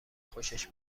خوشش